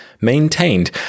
maintained